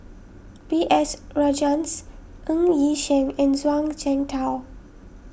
B S Rajhans Ng Yi Sheng and Zhuang Shengtao